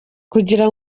kugira